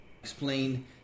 explain